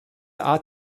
art